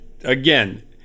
again